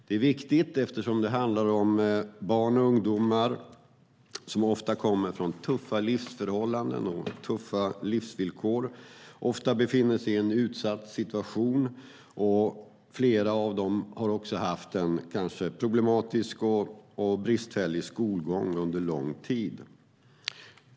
Det är viktigt eftersom det handlar om barn och ungdomar som ofta kommer från tuffa levnadsförhållanden och tuffa livsvillkor. Ofta befinner de sig i en utsatt situation. Flera av dem kan ha haft en problematisk och bristfällig skolgång under lång tid.